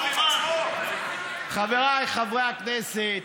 חבריי חברי הכנסת,